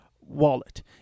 wallet